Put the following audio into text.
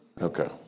Okay